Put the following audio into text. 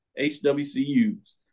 HWCUs